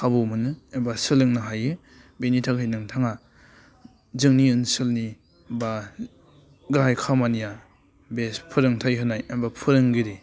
खाबु मोनो एबा सोलोंनो हायो बिनि थाखाय नोंथाङा जोंनि ओनसोलनि बा गाहाय खामानिया बे फोरोंथाय होनाय एबा फोरोंगिरि